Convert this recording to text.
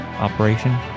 Operation